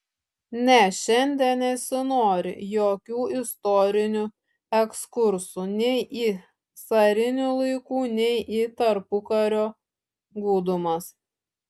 ne šiandien nesinori jokių istorinių ekskursų nei į carinių laikų nei į tarpukario gūdumas